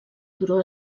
turó